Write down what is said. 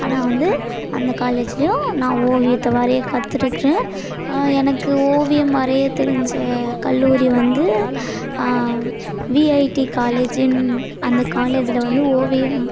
ஆனால் வந்து அந்த காலேஜ்லலேயும் நான் ஓவியத்தை வரைய கத்துகிட்ருக்குறேன் எனக்கு ஓவியம் வரைய தெரிஞ்ச கல்லூரி வந்து விஐடி காலேஜின்னு அந்த காலேஜில் வந்து ஓவியம்